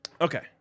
Okay